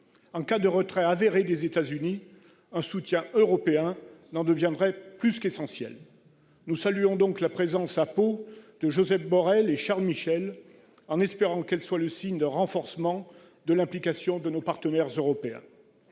En cas de retrait avéré des États-Unis, un soutien européen n'en deviendrait que plus essentiel. Nous saluons donc la présence à Pau de Josep Borrell et de Charles Michel, en espérant qu'elle soit le signe d'un renforcement de l'implication de nos partenaires européens.